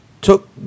took